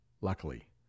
luckily